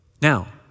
Now